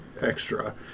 extra